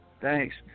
Thanks